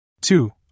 Two